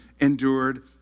endured